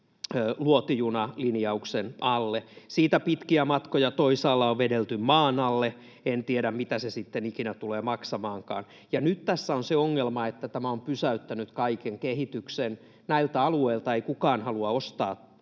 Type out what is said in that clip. luotijunalinjauksen alle. Siitä pitkiä matkoja toisaalla on vedelty maan alle, en tiedä, mitä se sitten ikinä tulee maksamaankaan. Nyt tässä on se ongelma, että tämä on pysäyttänyt kaiken kehityksen. Näiltä alueilta ei kukaan halua ostaa